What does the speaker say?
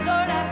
Lord